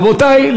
רבותי,